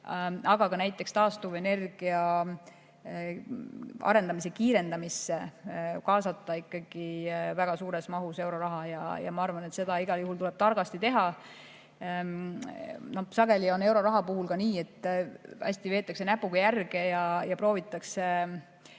aga ka näiteks taastuvenergia arendamise kiirendamisse kaasata ikkagi väga suures mahus euroraha ja ma arvan, et seda igal juhul tuleb targasti teha. Sageli on euroraha puhul ka nii, et veetakse näpuga järge ja proovitakse